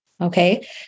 Okay